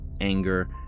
anger